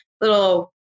little